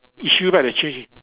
issue like the change